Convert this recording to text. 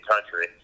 country